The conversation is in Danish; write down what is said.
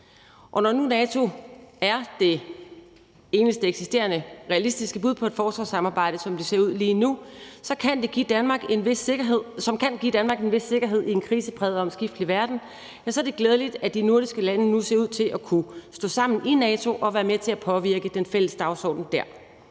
når nu NATO er det eneste eksisterende realistiske bud på et forsvarssamarbejde, der, som det ser ud lige nu, kan give Danmark en vis sikkerhed i en krisepræget og omskiftelig verden, så er det glædeligt, at de nordiske lande nu ser ud til at kunne stå sammen i NATO og være med til at påvirke den fælles dagsorden dér.